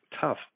tough